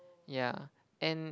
ya and